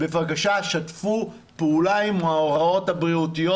בבקשה שתפו פעולה עם ההוראות הבריאותיות